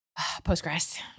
Postgres